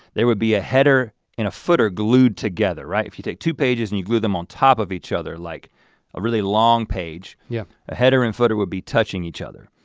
there would be a header and a footer glued together, right? if you take two pages and you glue them on top of each other like a really long page, yeah. a header and footer would be touching each other.